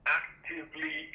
actively